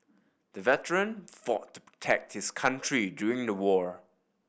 the veteran fought to protect his country during the war